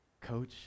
coach